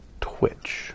Twitch